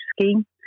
scheme